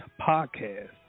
Podcast